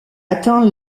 atteint